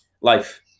life